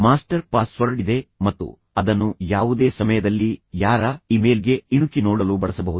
master password ಇದೆ ಮತ್ತು ಅದನ್ನು ಯಾವುದೇ ಸಮಯದಲ್ಲಿ ಯಾರ ಇಮೇಲ್ಗೆ ಇಣುಕಿ ನೋಡಲು ಬಳಸಬಹುದು